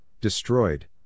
destroyed